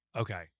Okay